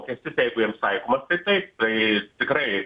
mokestis jeigu jiems taikomas taip tai tikrai